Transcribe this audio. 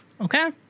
Okay